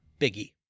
Biggie